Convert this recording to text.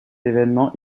événement